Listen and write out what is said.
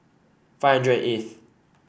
five hundred eighth